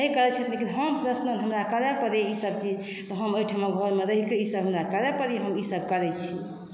नहि करय छथि लेकिन हम पर्सनल हमरा करय पड़इए ईसब चीज हम अइठिमा घरमे रहिके ईसब हमरा करय पड़इए हम ईसब करय छी